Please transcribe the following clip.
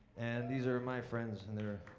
and these are my friends and they're